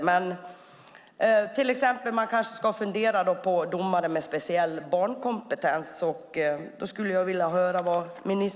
Men vad har ministern att säga om domare med speciell barnkompetens?